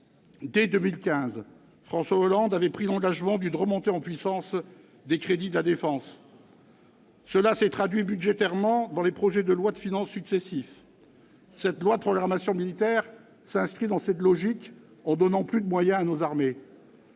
Dès 2015, François Hollande avait pris l'engagement d'une remontée en puissance des crédits de la défense. Cela s'est traduit budgétairement dans les projets de loi de finances successifs. Cette loi de programmation militaire s'inscrit dans cette logique, en donnant plus de moyens à nos armées.